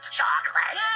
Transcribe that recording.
chocolate